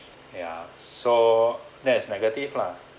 ya so that is negative lah